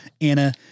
Anna